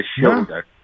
shoulder